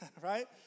right